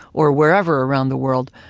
or wherever around the world,